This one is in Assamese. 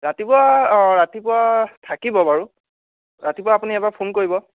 ৰাতিপুৱা অঁ ৰাতিপুৱা থাকিব বাৰু ৰাতিপুৱা আপুনি এবাৰ ফোন কৰিব